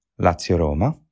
Lazio-Roma